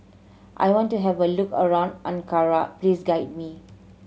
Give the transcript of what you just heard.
I want to have a look around Ankara please guide me